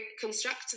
Construct